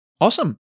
Awesome